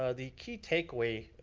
ah the key takeaway,